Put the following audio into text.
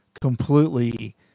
completely